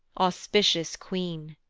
auspicious queen,